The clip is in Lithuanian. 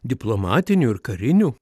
diplomatinių ir karinių